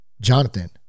Jonathan